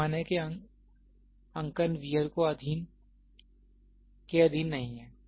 पैमाने के अंकन वियर के अधीन नहीं हैं